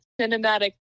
cinematic